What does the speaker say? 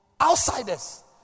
Outsiders